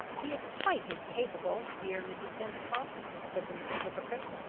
he is quite incapable, dear mrs. pentecost, said the little hypocrite,